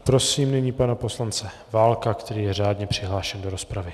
Prosím nyní pana poslance Válka, který je řádně přihlášen do rozpravy.